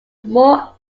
more